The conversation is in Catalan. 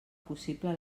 possible